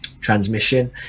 transmission